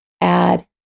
add